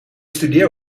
studeer